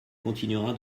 continuera